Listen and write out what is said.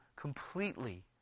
completely